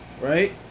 right